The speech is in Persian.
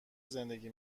زندگی